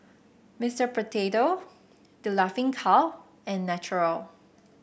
Mister Potato The Laughing Cow and Naturel